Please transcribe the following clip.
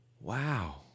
wow